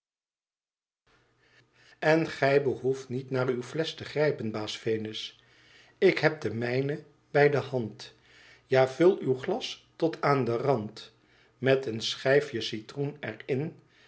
en gij behoeft niet naar uw flesch te grijpen baas venus ik heb de mijne bij de hand ja vul uw glas tot aan den rand met een schijfje citroen er